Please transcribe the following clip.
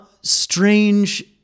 strange